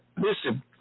Listen